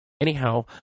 Anyhow